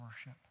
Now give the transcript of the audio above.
worship